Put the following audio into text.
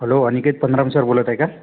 hello Aniket Pandram sir बोलत आहे का